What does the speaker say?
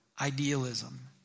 idealism